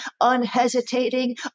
unhesitating